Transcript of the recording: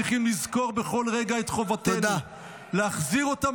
צריכים לזכור בכל רגע את חובתנו להחזיר אותם